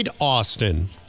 Austin